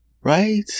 Right